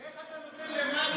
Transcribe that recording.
איך אתה נותן למנדלבליט,